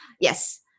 yes